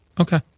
Okay